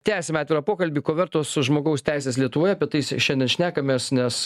tęsiame atvirą pokalbį ko vertos žmogaus teisės lietuvoje apie tai šiandien šnekamės nes